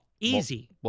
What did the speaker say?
Easy